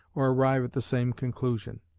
or arrive at the same conclusion.